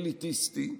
אליטיסטי,